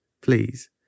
please